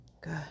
good